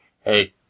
Hey